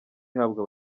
ihabwa